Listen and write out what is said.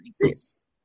exist